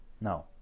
No